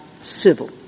civil